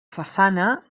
façana